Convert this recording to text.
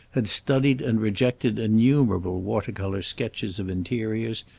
had studied and rejected innumerable water-color sketches of interiors,